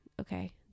okay